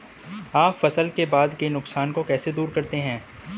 आप फसल के बाद के नुकसान को कैसे दूर करते हैं?